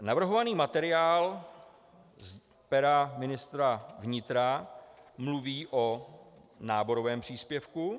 Navrhovaný materiál z pera ministra vnitra mluví o náborovém příspěvku.